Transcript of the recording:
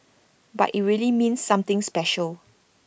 but IT really means something special